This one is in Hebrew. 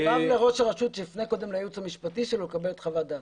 מוטב לראש הרשות שיפנה קודם לייעוץ המשפט שלו לקבל את חוות דעתו.